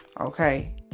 Okay